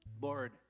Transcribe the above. Lord